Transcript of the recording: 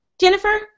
Jennifer